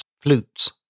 flutes